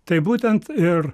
tai būtent ir